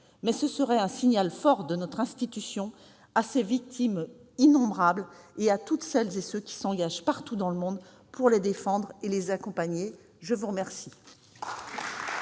mais ce serait un signal fort donné par notre institution à ces victimes innombrables et à toutes celles et ceux qui s'engagent partout dans le monde pour les défendre et les accompagner. La parole